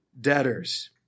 debtors